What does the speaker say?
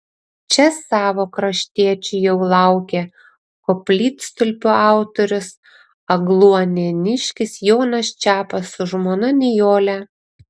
čia savo kraštiečių jau laukė koplytstulpio autorius agluonėniškis jonas čepas su žmona nijole